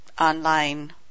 online